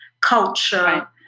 culture